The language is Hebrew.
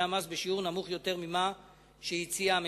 המס בשיעור נמוך יותר ממה שהציעה הממשלה.